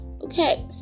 okay